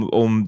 om